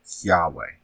Yahweh